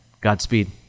Godspeed